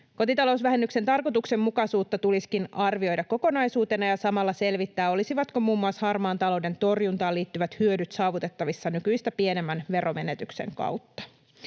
Kotitalousvähennyksen tarkoituksenmukaisuutta tulisikin arvioida kokonaisuutena ja samalla selvittää, olisivatko muun muassa harmaan talouden torjuntaan liittyvät hyödyt saavutettavissa nykyistä pienemmän veromenetyksen kautta.